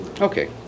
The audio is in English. Okay